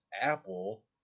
apple